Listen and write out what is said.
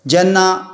जेन्ना